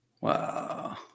Wow